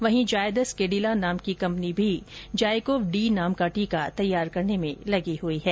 वहीं जायदस केडीला नाम की कम्पनी भी जाईकोव डी नाम का टीका तैयार करने में लगी है